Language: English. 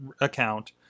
account